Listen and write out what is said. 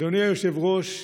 אדוני היושב-ראש,